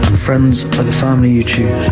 friends are the family you choose.